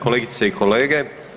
Kolegice i kolege.